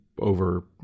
over